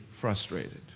frustrated